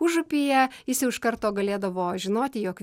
užupyje jis jau iš karto galėdavo žinoti jog